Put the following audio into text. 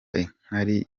inkari